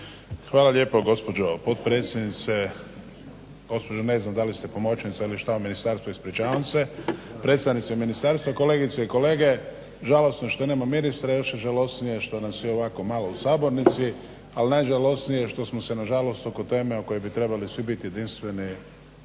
Hvala lijepo gospođo potpredsjednice, gospođo ne znam da li ste pomoćnica ili što u ministarstvu, ispričavam se, predstavnici ministarstva, kolegice i kolege. Žalosno je što nema ministra, još je žalosnije što nas je ovako malo u sabornici, ali najžalosnije je što smo se nažalost oko teme u kojoj bi trebali svi biti jedinstveni